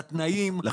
לתנאים,